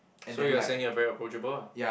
so you are saying you are very approachable ah